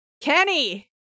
Kenny